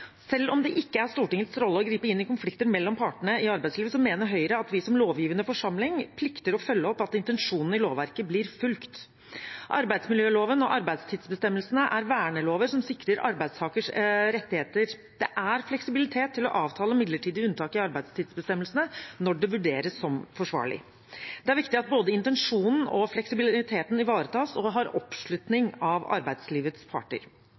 Selv om det ikke er Stortingets rolle å gripe inn i konflikter mellom partene i arbeidslivet, mener Høyre at vi som lovgivende forsamling plikter å følge opp at intensjonen i lovverket blir fulgt. Arbeidsmiljøloven og arbeidstidsbestemmelsene er vernelover som sikrer arbeidstakers rettigheter. Det er fleksibilitet til å avtale midlertidige unntak i arbeidstidsbestemmelsene når det vurderes som forsvarlig. Det er viktig at både intensjonen og fleksibiliteten ivaretas og har oppslutning av arbeidslivets parter.